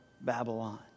Babylon